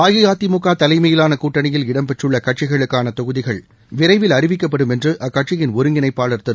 அஇஅதிமுக தலைமையிலான கூட்டணியில் இடம்பெற்றுள்ள கட்சிகளுக்கான தொகுதிகள் விரைவில் அறிவிக்கப்படும் என்று அக்கட்சியின் ஒருங்கிணைப்பாளர் திரு